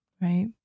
right